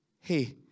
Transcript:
Hey